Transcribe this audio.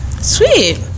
Sweet